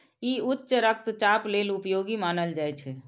ई उच्च रक्तचाप लेल उपयोगी मानल जाइ छै